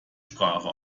sprache